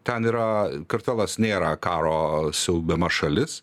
ten yra kartvelas nėra karo siaubiama šalis